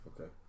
Okay